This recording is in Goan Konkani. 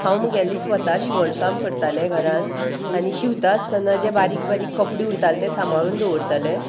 हांव मुगेलें स्वता शिवणकाम करतालें घरान आनी शिंवता आसतना जे बारीक बारीक कपडे उरतालें ते सांबाळून दवरतालें